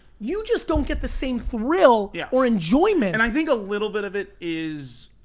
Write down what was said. you just don't get the same thrill yeah or enjoyment. and i think a little bit of it is